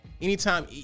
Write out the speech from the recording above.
anytime